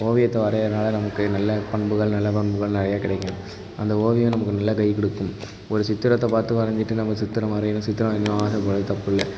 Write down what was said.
ஓவியத்தை வரையிறதனால நமக்கு நல்ல பண்புகள் நல்ல பண்புகள் நிறையா கிடைக்கும் அந்த ஓவியம் நமக்கு நல்லா கை கொடுக்கும் ஒரு சித்திரத்தை பார்த்து வரைஞ்சிட்டு நம்ம சித்திரம் வரையணும் சித்திரம் வரையணுன்னு ஆசைப்பட்றது தப்பில்லை